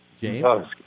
James